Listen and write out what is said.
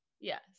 Yes